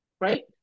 right